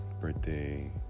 birthday